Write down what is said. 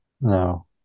No